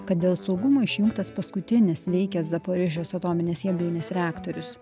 kad dėl saugumo išjungtas paskutinis veikęs zaporožės atominės jėgainės reaktorius